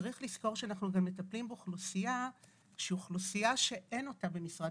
צריך לזכור שאנחנו מטפלים באוכלוסייה שהיא אוכלוסייה שאין אותה במשרד